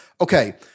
okay